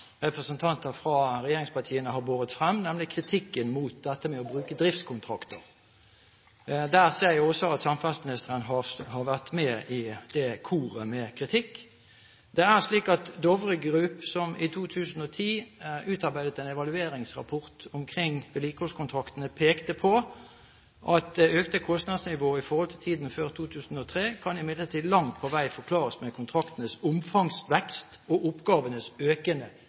representanter fra regjeringspartiene har båret frem, nemlig kritikken mot det å bruke driftskontrakter. Der ser jeg også at samferdselsministeren har vært med i det koret med kritikk. Det er slik at Dovre Group, som i 2010 utarbeidet en evalueringsrapport om vedlikeholdskontraktene, pekte på: «Det økte kostnadsnivået i forhold til tiden før 2003 kan imidlertid langt på veg forklares med kontraktenes omfangsvekst og oppgavenes økende